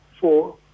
four